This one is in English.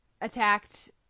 attacked